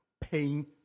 pain